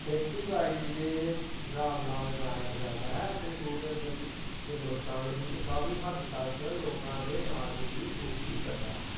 ਖੇਤੀਬਾੜੀ ਦੇ ਹਿਸਾਬ ਨਾਲ ਜਾਣਿਆ ਜਾਂਦਾ ਹੈ ਅਤੇ ਪੂਰੇ ਬਲ ਹਿੰਦੁਸਤਾਨ ਵਿੱਚ ਕਾਫੀ ਹੱਦ ਤੱਕ ਲੋਕਾਂ ਦੇ ਅਨਾਜ ਦੀ ਪੂਰਤੀ ਕਰਦਾ ਹੈ